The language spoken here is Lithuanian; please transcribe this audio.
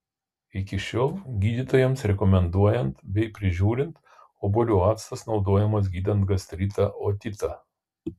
iki šiol gydytojams rekomenduojant bei prižiūrint obuolių actas naudojamas gydant gastritą otitą